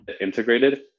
integrated